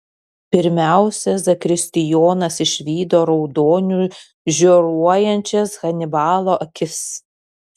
pirmiausia zakristijonas išvydo raudoniu žioruojančias hanibalo akis